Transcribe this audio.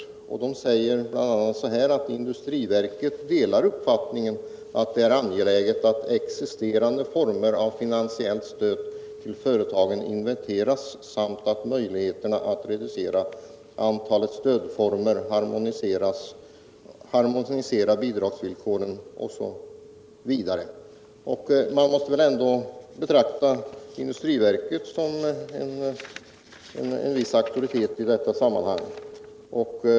Industriverket säger bl.a. att man delar uppfattningen att det är angeläget att existerande former av finansiellt stöd till företagen inventeras samt att möjligheterna att reducera antalet stödformer och harmonisera bidragsvillkoren övervägs. Man måste väl ändå betrakta industriverket som en viss auktoritet i detta sammanhang.